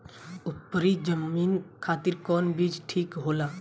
उपरी जमीन खातिर कौन बीज ठीक होला?